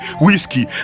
whiskey